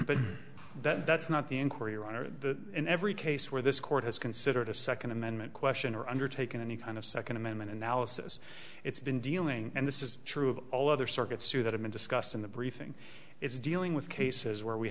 but that's not the inquiry your honor the in every case where this court has considered a second amendment question or undertaken any kind of second amendment analysis it's been dealing and this is true of all other circuits too that have been discussed in the briefing it's dealing with cases where we